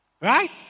Right